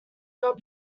your